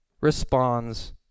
responds